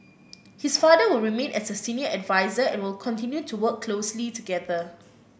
his father will remain as a senior adviser and will continue to work closely together